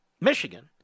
Michigan